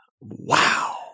Wow